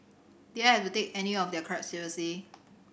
did I have to take any of their crap seriously